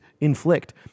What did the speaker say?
inflict